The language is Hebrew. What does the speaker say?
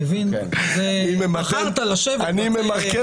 בחרת לשבת שם.